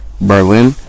Berlin